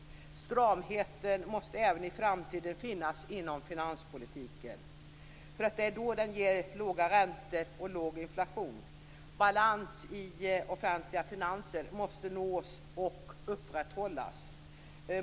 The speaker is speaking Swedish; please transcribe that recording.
Stramheten måste även i framtiden finnas inom finanspolitiken, för det är då den ger låga räntor och låg inflation. Balans i offentliga finanser måste nås och upprätthållas.